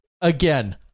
again